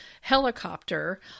helicopter